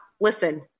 Listen